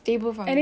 stable for me